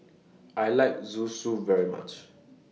I like Zosui very much